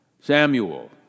Samuel